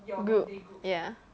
group ya